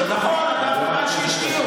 השקיעו